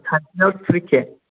सानसेआव थ्रि के